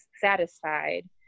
satisfied